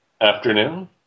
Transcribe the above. Afternoon